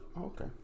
Okay